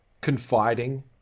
confiding